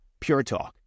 PureTalk